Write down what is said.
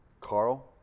Carl